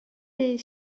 jej